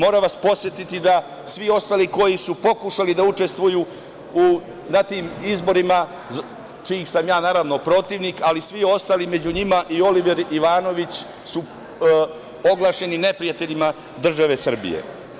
Moram vas podsetiti da svi ostali koji su pokušali da učestvuju na tim izborima, čijih sam ja, naravno, protivnik, ali i svi ostali, među njima i Oliver Ivanović, su oglašeni neprijateljima države Srbije.